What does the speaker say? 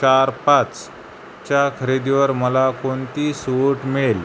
चार पाचच्या खरेदीवर मला कोणती सूट मिळेल